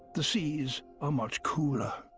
the seas are much cooler.